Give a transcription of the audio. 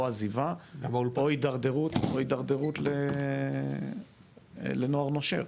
או עזיבה או התדרדרות לנוער נושר.